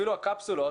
אפילו הקפסולות